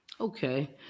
Okay